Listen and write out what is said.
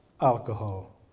alcohol